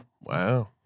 Wow